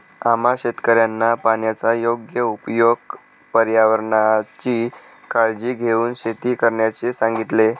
आम्हा शेतकऱ्यांना पाण्याचा योग्य उपयोग, पर्यावरणाची काळजी घेऊन शेती करण्याचे सांगितले